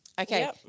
Okay